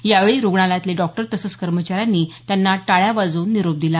यावेळी रुग्णालयातले डॉक्टर तसंच कर्मचाऱ्यांनी त्यांना टाळ्या वाजवून निरोप दिला